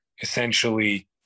Essentially